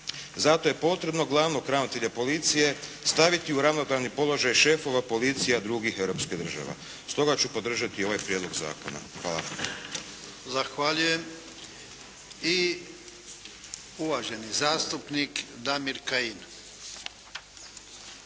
Zato je potrebno glavnog ravnatelja policije staviti u ravnopravni položaj šefova policija drugih europskih država. Stoga ću podržati ovaj prijedlog zakona. Hvala. **Jarnjak, Ivan (HDZ)** Zahvaljujem. I uvaženi zastupnik Damir Kajin.